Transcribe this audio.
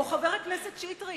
חבר הכנסת שטרית,